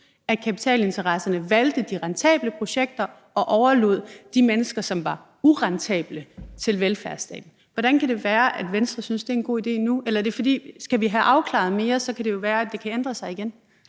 at kapitalinteresserne valgte de rentable projekter og overlod de mennesker, som var urentable, til velfærdsstaten. Hvordan kan det være, at Venstre nu synes, det er en god idé? Eller skal vi have afklaret mere? Så kan det jo være, at det kan ændre sig igen.